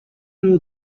know